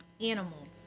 animals